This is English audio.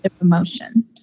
emotion